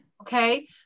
Okay